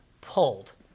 pulled